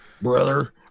brother